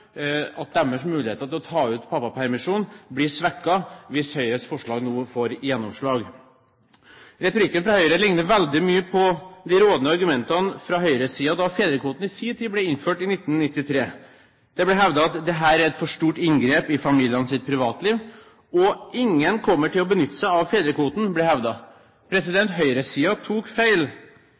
at deres mulighet til å ta ut pappapermisjon blir svekket hvis Høyres forslag nå får gjennomslag. Retorikken fra Høyre ligner veldig mye på de rådende argumentene fra høyresiden da fedrekvoten i sin tid ble innført i 1993. Det ble hevdet at dette er et for stort inngrep i familienes privatliv, og ingen kommer til å benytte seg av fedrekvoten. Høyresiden tok feil.